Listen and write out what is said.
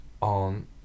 on